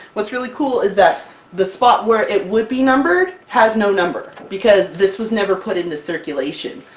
what's really cool is that the spot where it would be numbered has no number because this was never put into circulation!